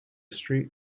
street